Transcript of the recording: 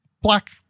black